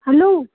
hello